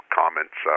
comments